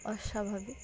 অস্বাভাবিক